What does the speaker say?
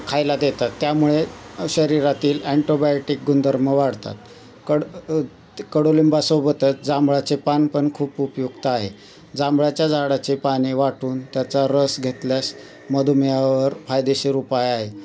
खायला देतात त्यामुळे शरीरातील अँटोबायोटिक गुणधर्म वाढतात कड ते कडूलिंबासोबतच जांभळाचे पान पण खूप उपयुक्त आहे जांभळाच्या झाडाचे पाने वाटून त्याचा रस घेतल्यास मधुमेहावर फायदेशीर उपाय आहे